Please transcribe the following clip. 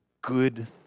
good